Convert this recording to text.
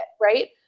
Right